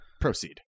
Proceed